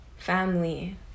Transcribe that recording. Family